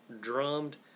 drummed